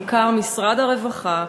בעיקר למשרד הרווחה,